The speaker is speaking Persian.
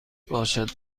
باشد